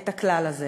את הכלל הזה.